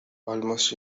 almost